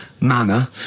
manner